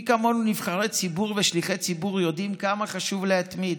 מי כמונו נבחרי ציבור ושליחי ציבור יודעים כמה חשוב להתמיד.